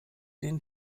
den